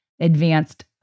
advanced